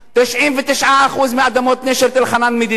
99% מאדמות נשר תל-חנן, מדינה.